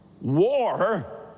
war